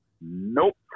Nope